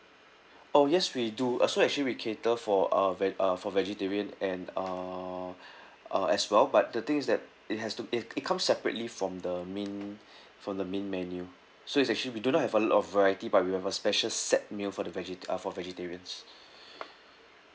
oh yes we do as well actually we cater for uh ve~ uh for vegetarian and uh uh as well but the thing is that it has to it it comes separately from the main from the main menu so it's actually we do not have a lot of variety but we have a special set meal for the vege~ uh for the vegetarians